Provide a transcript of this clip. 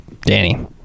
Danny